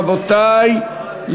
רבותי,